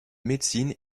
médecine